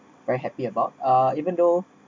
very happy about uh even though